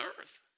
earth